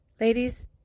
Ladies